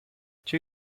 two